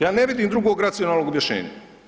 Ja ne vidim drugog racionalnog objašnjenja.